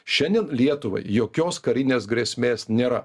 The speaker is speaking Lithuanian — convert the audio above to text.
šiandien lietuvai jokios karinės grėsmės nėra